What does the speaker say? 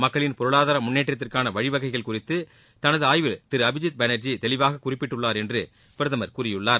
மக்களின் பொருளாதார முன்னேற்றத்திற்கான வழிவகைகள் குறித்து தனது ஆய்வில் திரு அபிஜித் பானர்ஜி தெளிவாக குறிப்பிட்டுள்ளார் என்று பிரதமர் கூறியுள்ளார்